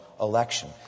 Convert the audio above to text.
election